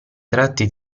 tratti